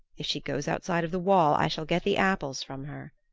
if she goes outside of the wall i shall get the apples from her.